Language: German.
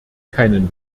keinen